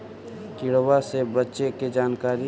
किड़बा से बचे के जानकारी?